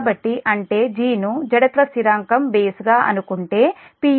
కాబట్టి అంటే G ను జడత్వ స్థిరాంకం బేస్ గా అనుకుంటే p